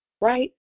right